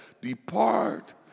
Depart